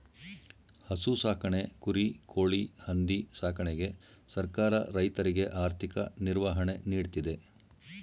ಹಸು ಸಾಕಣೆ, ಕುರಿ, ಕೋಳಿ, ಹಂದಿ ಸಾಕಣೆಗೆ ಸರ್ಕಾರ ರೈತರಿಗೆ ಆರ್ಥಿಕ ನಿರ್ವಹಣೆ ನೀಡ್ತಿದೆ